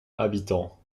habitants